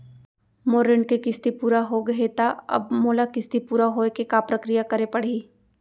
मोर ऋण के किस्ती पूरा होगे हे ता अब मोला किस्ती पूरा होए के का प्रक्रिया करे पड़ही?